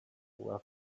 left